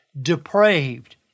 depraved